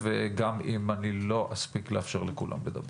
וגם אם לא אספיק לאפשר לכולם לדבר.